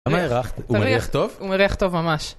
למה הרחת? הוא מריח טוב? - הוא מריח טוב ממש.